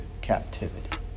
captivity